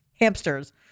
hamsters